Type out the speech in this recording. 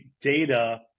data